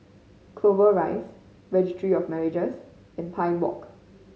Clover Rise Registry of Marriages and Pine Walk